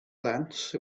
glance